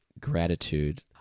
Gratitude